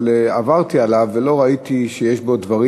אבל עברתי עליו ולא ראיתי שיש בו דברים